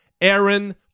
Aaron